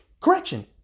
correction